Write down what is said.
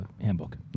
handbook